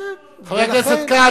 חבר הכנסת כץ,